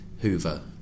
Hoover